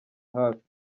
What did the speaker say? hafi